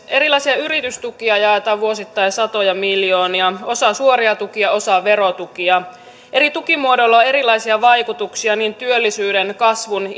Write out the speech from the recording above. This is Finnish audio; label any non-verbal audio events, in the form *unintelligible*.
erilaisia yritystukia jaetaan vuosittain satoja miljoonia osa suoria tukia osa verotukia eri tukimuodoilla on erilaisia vaikutuksia niin työllisyyden kasvun *unintelligible*